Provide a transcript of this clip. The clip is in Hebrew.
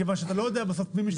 מכיוון שאתה לא יודע בסוף מי משתמש.